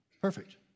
Perfect